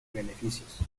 beneficios